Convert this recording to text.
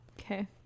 okay